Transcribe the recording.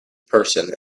person